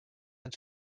ens